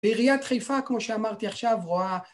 בעיריית חיפה, כמו שאמרתי עכשיו, רואה